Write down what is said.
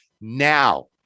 Now